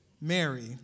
Mary